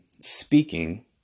speaking